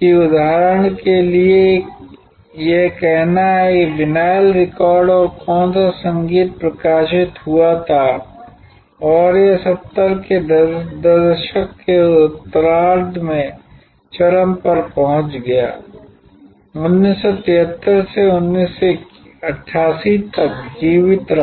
कि उदाहरण के लिए यह कहना है कि विनाइल रिकॉर्ड और कौन सा संगीत प्रकाशित हुआ था और यह 70 के दशक के उत्तरार्ध में चरम पर पहुंच गया 1973 से 1988 तक जीवित रहा